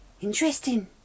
interesting